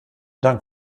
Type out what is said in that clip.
dank